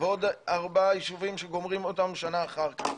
ועוד ארבעה יישובים שגומרים אותם בשנה אחר כך.